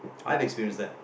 I've experience that